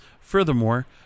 Furthermore